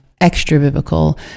extra-biblical